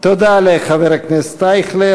תודה לחבר הכנסת אייכלר.